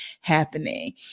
happening